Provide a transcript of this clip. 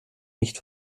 nicht